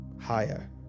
higher